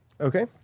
Okay